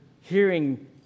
hearing